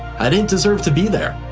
i didn't deserve to be there.